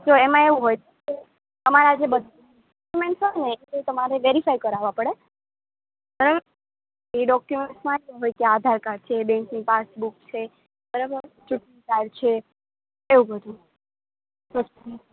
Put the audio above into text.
જો એમાં આવું હોય તમારા જે બધા ડોક્યુમેન્ટ્સ હોય ને એ તમારે વેરીફાય કરાવવા પડે બરાબર એ ડોક્યુમેન્ટ્સમાં શું હોય કે આધાર કાર્ડ છે બેંકની પાસબૂક છે બરાબર ચૂંટણી કાર્ડ છે એવું બધું